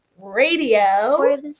radio